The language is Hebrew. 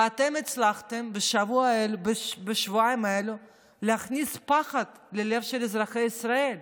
ואתם הצלחתם בשבועיים האלה להכניס פחד לליבם של אזרחי ישראל.